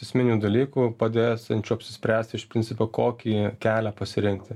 esminių dalykų padėsiančių apsispręsti iš principo kokį kelią pasirinkti